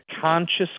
conscious